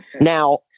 now